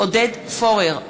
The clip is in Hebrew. עודד פורר,